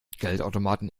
geldautomaten